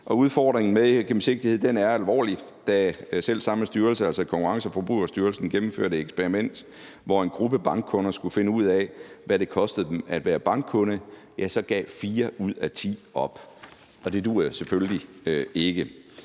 Udfordringen med gennemsigtighed er alvorlig. Da selv samme styrelse, altså Konkurrence- og Forbrugerstyrelsen, gennemførte et eksperiment, hvor en gruppe bankkunder skulle finde ud af, hvad det kostede dem at være bankkunde, gav 4 ud af 10 op. Det duer selvfølgelig ikke!